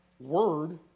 word